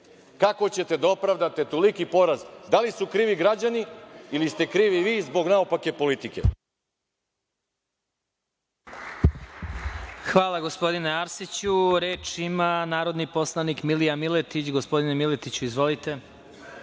kako ćete da opravdate toliki poraz. Da li su krivi građani ili ste krivi vi zbog naopake politike? **Vladimir Marinković** Hvala, gospodine Arsiću. Reč ima narodni poslanik Milija Miletić. Gospodine Miletiću, izvolite.